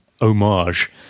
homage